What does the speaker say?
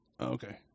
Okay